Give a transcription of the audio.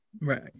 Right